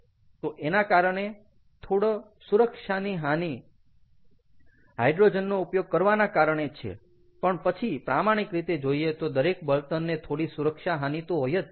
તો એના કારણે થોડો સુરક્ષાની હાનિ હાઈડ્રોજનનો ઉપયોગ કરવાના કારણે છે પણ પછી પ્રામાણિક રીતે જોઈએ તો દરેક બળતણને થોડી સુરક્ષા હાની તો હોય જ છે